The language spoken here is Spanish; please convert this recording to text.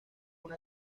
una